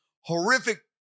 horrific